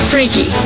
Freaky